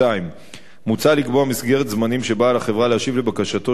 2. מוצע לקבוע מסגרת זמנים שבה על החברה להשיב על בקשתו